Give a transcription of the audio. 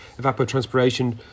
evapotranspiration